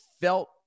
felt